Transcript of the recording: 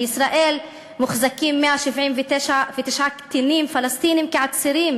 בישראל מוחזקים 179 קטינים פלסטינים כעצירים